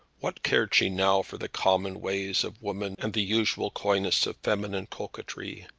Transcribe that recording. what cared she now for the common ways of women and the usual coynesses of feminine coquetry?